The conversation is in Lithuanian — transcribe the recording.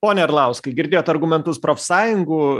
pone arlauskai girdėjot argumentus profsąjungų